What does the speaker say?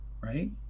right